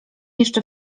jeszcze